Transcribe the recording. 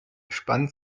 spannt